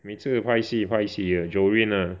每次拍戏拍戏 uh Joreen ah